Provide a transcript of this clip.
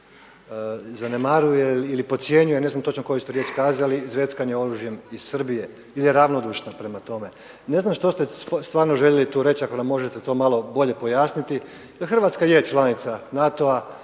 zanemaruje ili podcjenjuje ne znam točno koju ste riječ kazali zveckanjem oružjem iz Srbije ili je ravnodušna prema tome. Ne znam što ste stvarno tu željeli reći ako nam možete to malo bolje pojasniti jer Hrvatska je članica NATO-a,